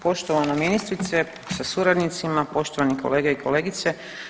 Poštovana ministrice sa suradnicima, poštovani kolege i kolegice.